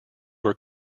were